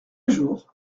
jour